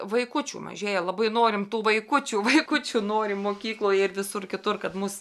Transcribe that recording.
vaikučių mažėja labai norim tų vaikučių vaikučių norim mokykloje ir visur kitur kad mus